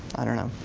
i don't know,